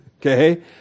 Okay